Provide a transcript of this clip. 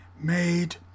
made